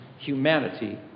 humanity